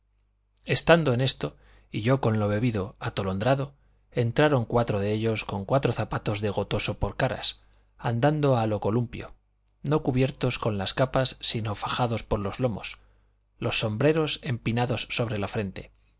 estando en esto y yo con lo bebido atolondrado entraron cuatro de ellos con cuatro zapatos de gotoso por caras andando a lo columpio no cubiertos con las capas sino fajados por los lomos los sombreros empinados sobre la frente